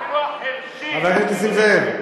אפילו החירשים, חבר הכנסת נסים זאב.